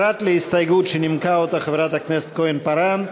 פרט להסתייגות שנימקה חברת הכנסת כהן-פארן,